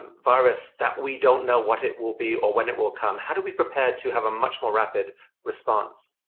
um virus that we don't know what it will be ah when it will come? how do we prepare to have a much more rapid response?